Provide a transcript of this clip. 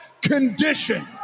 condition